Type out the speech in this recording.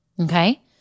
Okay